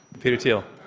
peter thiel.